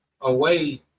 away